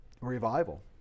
revival